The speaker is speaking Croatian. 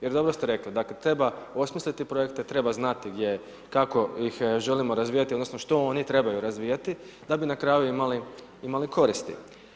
Jer dobro ste rekli, dakle, treba osmisliti projekte, treba znati kako ih želimo razvijati, odnosno što oni trebaju razvijati, da bi na kraju imali koristi.